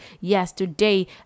yesterday